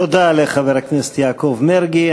תודה לחבר הכנסת יעקב מרגי.